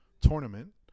tournament